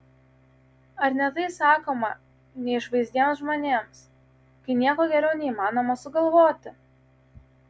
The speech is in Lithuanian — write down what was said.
ar ne tai sakoma neišvaizdiems žmonėms kai nieko geriau neįmanoma sugalvoti